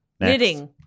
Knitting